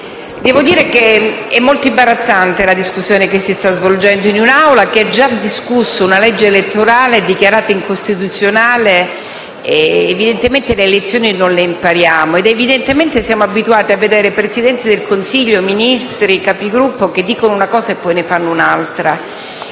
Presidente, è molto imbarazzante la discussione che si sta svolgendo in un'Assemblea che ha già discusso una legge elettorale dichiarata incostituzionale. Evidentemente non impariamo le lezioni e siamo abituati a vedere Presidenti del Consiglio, Ministri, Capigruppo che dicono una cosa e poi ne fanno un'altra.